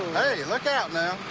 hey, look out now.